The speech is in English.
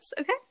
Okay